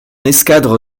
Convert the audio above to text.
escadre